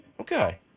Okay